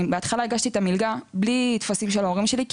בהתחלה הגשתי את המלגה בלי טפסים של ההורים שלי כי